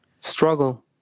struggle